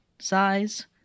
Size